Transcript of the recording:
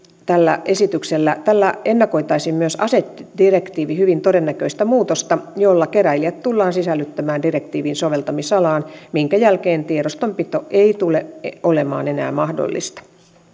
tällä esityksellä ennakoitaisiin myös asedirektiivin hyvin todennäköistä muutosta jolla keräilijät tullaan sisällyttämään direktiivin soveltamisalaan minkä jälkeen tiedostonpito ei tule olemaan enää mahdollista